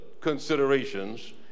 considerations